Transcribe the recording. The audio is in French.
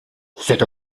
c’est